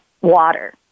water